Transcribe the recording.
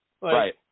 Right